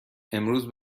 امروز